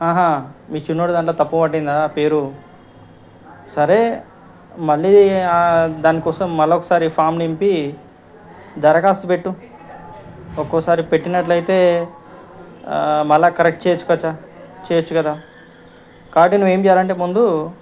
ఆహా మీ చిన్నోడి దాంట్లో తప్పు పడిందా ఆ పేరు సరే మళ్ళీ దానికోసం మళ్ళొకసారి ఫామ్ నింపి దరఖాస్తు పెట్టు ఒక్కొక్కసారి పెట్టినట్లయితే మళ్ళీ కరెక్ట్ చేసుకోవచ్చా చెయ్యచ్చు కదా కాకపోతే నువ్వు ఏమి చెయ్యాలంటే ముందు